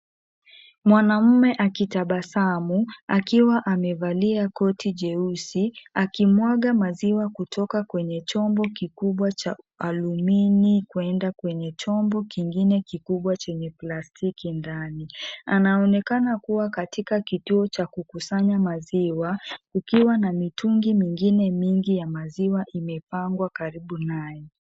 Mwanamume akitabasamu, akiwa amevalia koti jeusi, akimwaga maziwa kutoka kwenye chombo kikubwa cha alumini kwenda kwenye chombo kingine kikubwa chenye plastiki ndani. Anaonekana kuwa katika kituo cha kukusanya maziwa, kukiwa na mitungi mingine mingi ya maziwa imepangwa karibu naye.